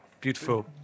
beautiful